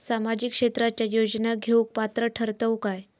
सामाजिक क्षेत्राच्या योजना घेवुक पात्र ठरतव काय?